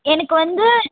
எனக்கு வந்து